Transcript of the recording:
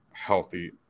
healthy